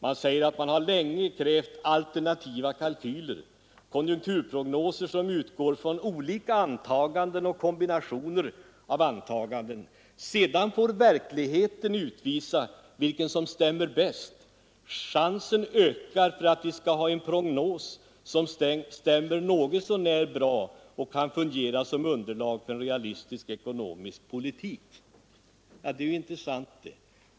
Man säger att man länge har krävt alternativa kalkyler, konjunkturprognoser som utgår från olika antaganden och kombinationer av antaganden; sedan får verkligheten utvisa vilken som stämmer bäst. Chansen ökar därmed för att vi skall ha en prognos som stämmer något så när bra och kan fungera som underlag för en realistisk ekonomisk politik. Det är intressant!